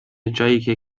جاییکه